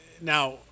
Now